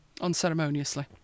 unceremoniously